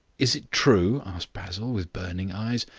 is it true? asked basil, with burning eyes.